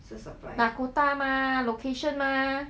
dakota mah location mah